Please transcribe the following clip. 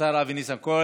השר אבי ניסנקורן,